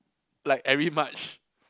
like every March